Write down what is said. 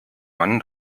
mann